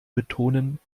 betonen